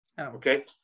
Okay